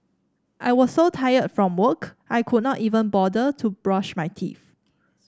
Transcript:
I was so tired from work I could not even bother to brush my teeth